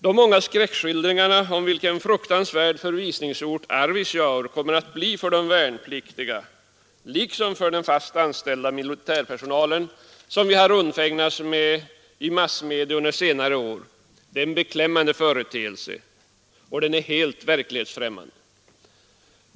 De många skräckskildringarna om vilken fruktansvärd förvisningsort Arvidsjaur kommer att bli för de värnpliktiga liksom för den fast anställda militärpersonalen, som vi har undfägnats med i massmedia under senare år, är en beklämmande företeelse och de är helt verklighetsfrämmande.